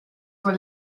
were